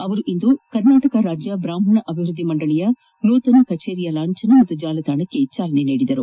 ಅವರು ಇಂದು ಕರ್ನಾಟಕ ರಾಜ್ಯ ಬ್ರಾಹ್ಮಣ ಅಭಿವೃದ್ದಿ ಮಂಡಳಿಯ ನೂತನ ಕಚೇರಿಯ ಲಾಂಛನ ಹಾಗೂ ಜಾಲತಾಣಕ್ಕೆ ಚಾಲನೆ ನೀಡಿದರು